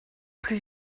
plus